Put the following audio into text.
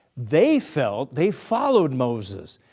they felt they followed moses.